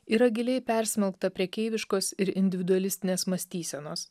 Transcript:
yra giliai persmelkta prekeiviškos ir individualistinės mąstysenos